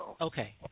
Okay